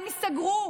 הם ייסגרו.